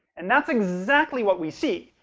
and, that's exactly what we see!